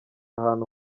ahantu